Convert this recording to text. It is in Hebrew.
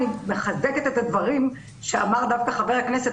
אני מחזקת את הדברים שאמר דווקא חבר הכנסת